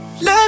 Let